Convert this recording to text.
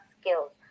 skills